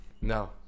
No